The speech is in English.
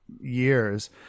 years